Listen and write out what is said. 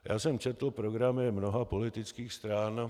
Já jsem četl programy mnoha politických stran.